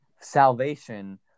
salvation